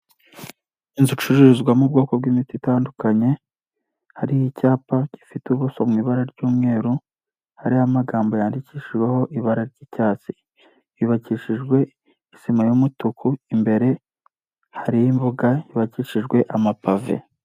Inzu icuruzwamo bwoko bw'imiti itandukanye, hariho icyapa gifite ubuso mu ibara ry'umweru, hariho amagambo yandikishijeho ibara ry'icyatsi, yubakishijwe isima y'umutuku imbere, hariho imboga yubakishijwe amapave.